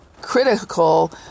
critical